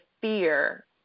fear